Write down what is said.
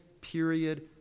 period